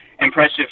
impressive